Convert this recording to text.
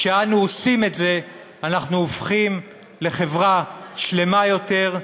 כשאנו עושים את זה אנחנו הופכים לחברה שלמה יותר,